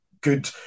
good